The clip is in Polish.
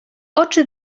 oczy